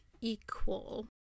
equal